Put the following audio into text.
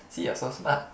see you're so smart